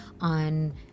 on